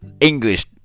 english